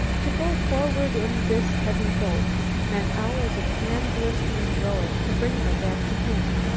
to go forward in this heavy boat meant hours of hand-blistering rowing to bring them back to camp.